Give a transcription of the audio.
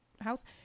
house